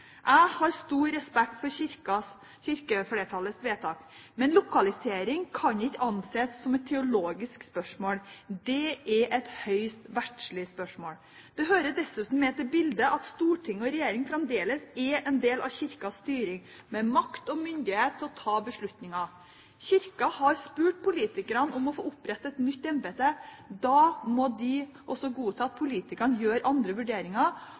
Jeg har stor respekt for kirkeflertallets vedtak. Men lokalisering kan ikke anses som et teologisk spørsmål – det er et høyst verdslig spørsmål. Det hører dessuten med til bildet at storting og regjering fremdeles er en del av Kirkens styring med makt og myndighet til å ta beslutninger. Kirken har spurt politikerne om å få opptrette et nytt embete. Da må de også godta at politikerne gjør andre vurderinger